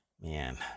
Man